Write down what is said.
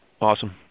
Awesome